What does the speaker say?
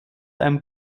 einem